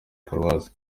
paruwasi